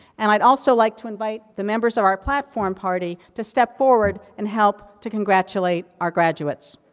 and i've also like to invite the members of our platform party, to step forward and help to congratulate our graduates.